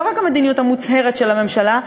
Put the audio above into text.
לא רק המדיניות המוצהרת של הממשלה,